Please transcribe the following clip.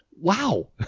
wow